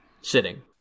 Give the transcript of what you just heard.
sitting